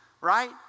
Right